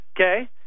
Okay